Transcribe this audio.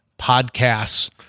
podcasts